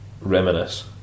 Reminisce